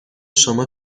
شما